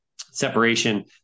separation